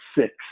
six